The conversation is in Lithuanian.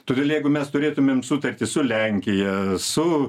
todėl jeigu mes turėtumėm sutartį su lenkija su